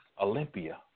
Olympia